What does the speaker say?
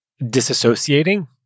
disassociating